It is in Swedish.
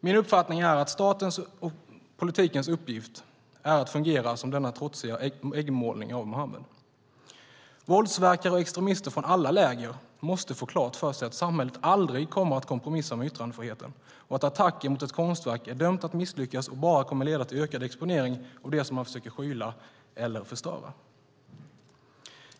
Min uppfattning är att statens och politikens uppgift är att fungera som denna trotsiga äggmålning av Muhammed. Våldsverkare och extremister från alla läger måste få klart för sig att samhället aldrig kommer att kompromissa med yttrandefriheten och att attacker mot ett konstverk är dömt att misslyckas och bara kommer att leda till ökad exponering av det som man försöker skyla eller förstöra.